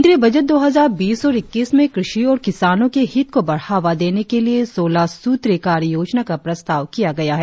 केंद्रीय बजट दो हजार बीस इक्कीस में कृषि और किसानों के हित को बढ़ावा देने के लिए सौलह सूत्रीय कार्ययोजना का प्रस्ताव किया गया है